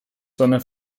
sondern